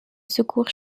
secours